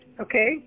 okay